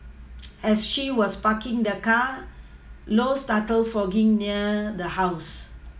as she was parking the car low started fogging near the house